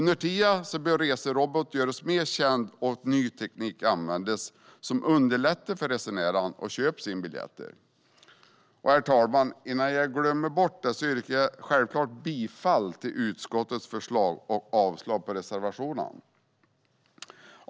Under tiden bör resrobot.se göras mer känd och ny teknik användas som underlättar för resenärerna att köpa biljetter. Herr talman! Innan jag glömmer bort det ska jag självklart yrka bifall till utskottets förslag och avslag på reservationerna.